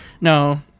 No